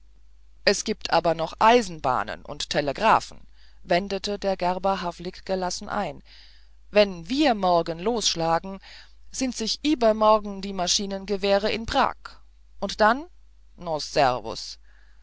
es gibt aber noch eisenbahnen und telegraphen wendete der gerber havlik gelassen ein wenn wir morgen losschlagen sind sich iebermorgen die maschinengewähre in prag und dann no servus